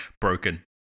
Broken